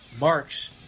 marks